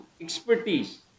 expertise